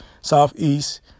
Southeast